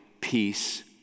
peace